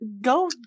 Go